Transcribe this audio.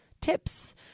Tips